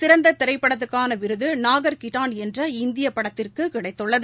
சிறந்த திரைப்படத்துக்கான விருது நாகங்கிாத்தான் என்ற இந்திய திரைப்படத்திற்கு கிடைத்துள்ளது